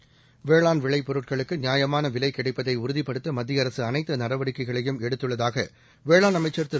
seconds வேளாண் விளைபொருட்களுக்கு நியாயமான விலை கிடைப்பதை உறுதிப்படுத்த மத்திய அரசு அனைத்து நடவடிக்கைகளையும் எடுத்து வருவதாக வேளாண் அமைச்சர் திரு